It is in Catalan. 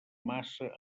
massa